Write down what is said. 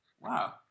Wow